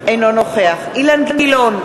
אינו נוכח אילן גילאון,